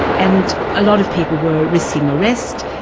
and a lot of people were risking arrest,